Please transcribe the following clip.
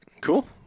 Cool